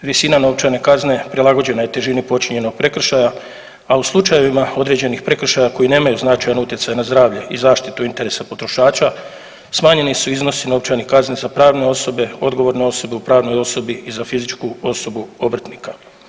Visina novčane kazne prilagođena je težini počinjenog prekršaja, a u slučajevima određenih prekršaja koji nemaj značajan utjecaj na zdravlje i zaštitu interesa potrošača smanjeni su iznosi novčanih kazni za pravne osobe, odgovorne osobe u pravnoj osobi i za fizičku osobu obrtnika.